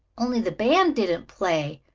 only the band didn't play,